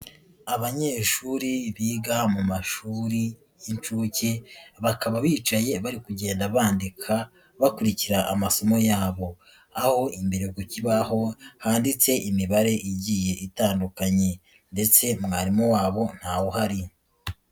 Abanyeshuri biga mu mashuri y'inshuke, bakaba bicaye bari kugenda bandika bakurikira amasomo yabo, aho imbere ku kibaho handitse imibare igiye itandukanye ndetse mwarimu wabo ntawe uhari.